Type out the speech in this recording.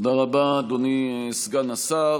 תודה רבה, אדוני סגן השר.